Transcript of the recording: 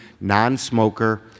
non-smoker